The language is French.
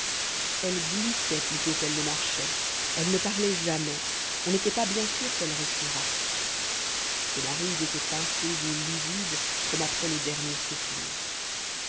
elle glissait plutôt qu'elle ne marchait elle ne parlait jamais on n'était pas bien sûr qu'elle respirât ses narines étaient pincées et livides comme après le dernier soupir